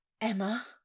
Emma